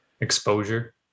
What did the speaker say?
Exposure